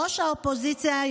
ראש האופוזיציה,